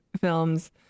films